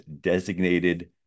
designated